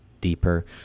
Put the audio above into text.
deeper